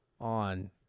on